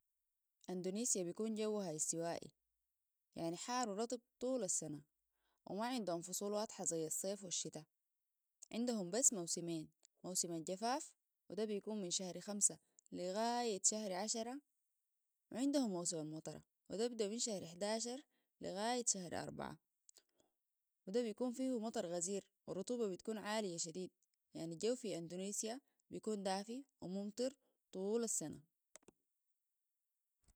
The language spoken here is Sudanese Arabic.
أندونيسيا بيكون جوها استوائي يعني حار ورطب طول السنة وما عندهم فصول واضحة زي الصيف والشتاء عندهم بس موسمين موسم الجفاف وده بيكون من شهر خمسة لغاية شهر عشرة وعندهم موسم المطرة وده بيبدامن شهر حداشر لغاية شهر اربعه وده بيكون فيه مطر غزير ورطوبة بتكون عالية شديد يعني الجو في أندونيسيا بيكون دافي وممطر طول السنة